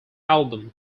album